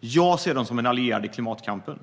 Jag ser dem i stället som en allierad i klimatkampen.